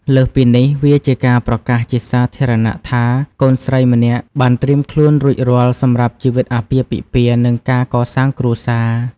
លើសពីនេះ វាជាការប្រកាសជាសាធារណៈថា កូនស្រីម្នាក់បានត្រៀមខ្លួនរួចរាល់សម្រាប់ជីវិតអាពាហ៍ពិពាហ៍ និងការកសាងគ្រួសារ។